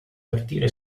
partire